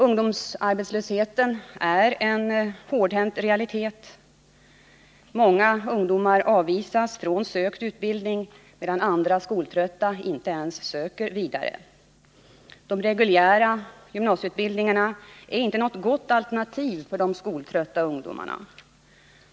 Ungdomsarbetslösheten är en hårdhänt realitet. Många ungdomar avvisas från sökt utbildning, medan andra skoltrötta inte ens söker vidare. De reguljära gymnasieutbildningarna är inte något gott alternativ för de skoltrötta ungdomarna.